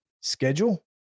schedule